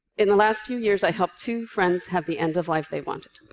in the last few years, i helped two friends have the end of life they wanted.